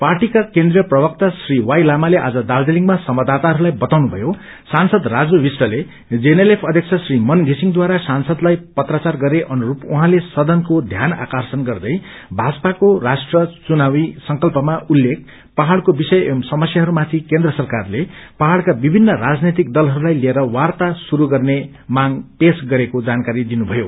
पार्टीका केन्द्रीव प्रवक्ता श्री वाई लामाले आज दार्जीलिङया संवाददाताहरूलाई वताउनुभयो सांसद राजु विष्टते जीएनएलएफ अध्यक्ष श्री मन विसिङद्वारा सांसदलाई पत्राचार गरे अनुस्प उहाँले सदनको ध्यानाकर्षण गर्दै भाजपाको राष्ट्र चुनावी संकल्पमा उल्लेख पहाइको विषय एवं समस्याहरूमाथि केन्द्र सरकारले पहाइका विभिन्न राजनैतिक दलहरूलाई लिएर वार्ता श्रुरू गर्ने माग पेश गरेको जानकारी दिनुषयो